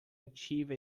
achieve